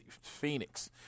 Phoenix